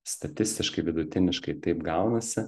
statistiškai vidutiniškai taip gaunasi